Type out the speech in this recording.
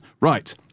Right